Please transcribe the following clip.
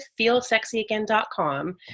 feelsexyagain.com